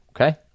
Okay